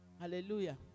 Hallelujah